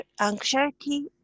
anxiety